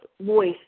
voice